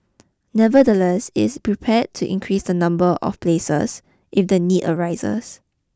nevertheless it's prepare to increase the number of places if the need arises